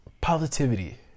positivity